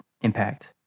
impact